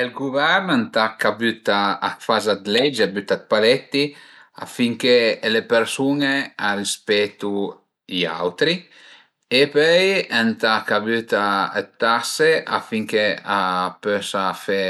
Ël guvern ëntà ch'a büta, a faza d'leggi, a büta dë paletti affinché le persun-e a rispetu i autri e pöi ëntà ch'a büta dë tase affinché a pösa fe